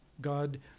God